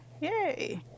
yay